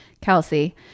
Kelsey